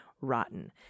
rotten